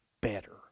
better